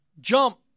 jump